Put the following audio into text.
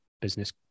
business